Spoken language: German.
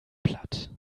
platt